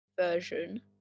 version